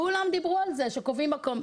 כולם דיברו על זה שקובעים מקום.